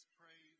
pray